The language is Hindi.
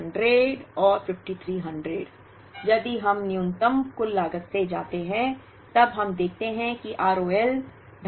यदि हम न्यूनतम कुल लागत से जाते हैं तब हम देखते हैं कि R O L 250 के बराबर है